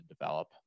develop